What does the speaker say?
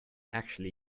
actually